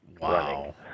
Wow